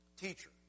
Teacher